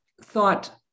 thought